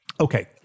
Okay